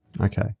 Okay